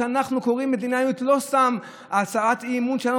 שאנחנו קוראים "מדינה יהודית" לא סתם הצעת האי-אמון שלנו,